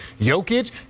Jokic